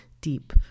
deep